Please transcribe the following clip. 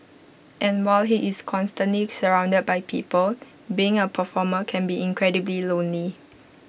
and while he is constantly surrounded by people being A performer can be incredibly lonely